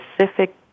specific